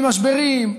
ועם משברים,